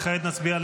כעת נצביע על